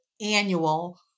annual